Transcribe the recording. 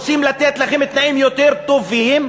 רוצים לתת לכם תנאים יותר טובים,